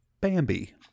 Bambi